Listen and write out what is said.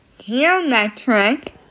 geometric